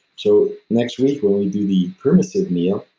so next week when we do the permissive meal,